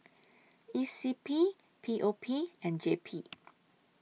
E C P P O P and J P